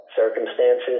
circumstances